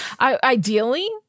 Ideally